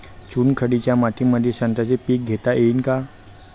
चुनखडीच्या मातीमंदी संत्र्याचे पीक घेता येईन का?